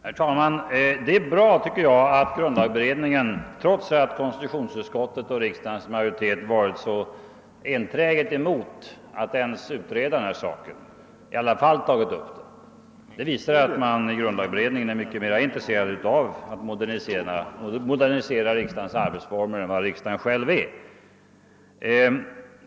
Herr talman! Det är bra att grundlagberedningen tar upp denna sak, trots att konstitutionsutskottets och riksdagens majoritet så enträget varit emot att ens utreda den. Det visar att man i grundlagberedningen är mer intresserad av att modernisera riksdagens arbetsformer än vad riksdagen är själv.